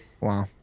Wow